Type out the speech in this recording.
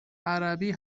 عربی